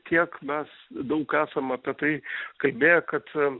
tiek mes daug esam apie tai kalbėję kad